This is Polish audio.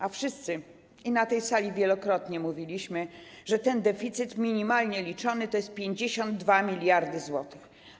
A wszyscy na tej sali wielokrotnie mówiliśmy, że ten deficyt minimalnie liczony to jest 52 mld zł.